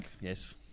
Yes